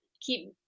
keep